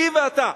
היא ואתה.